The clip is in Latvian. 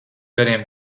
gadiem